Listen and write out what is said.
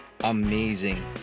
amazing